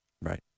Right